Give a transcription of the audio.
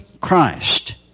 Christ